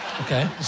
Okay